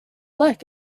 like